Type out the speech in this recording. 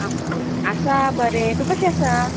आं आसा बरे तूं कशे आसा